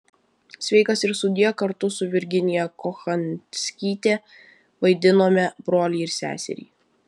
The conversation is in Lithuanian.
sveikas ir sudie kartu su virginiją kochanskyte vaidinome brolį ir seserį